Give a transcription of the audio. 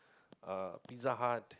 uh Pizza-Hut